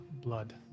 blood